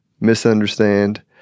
misunderstand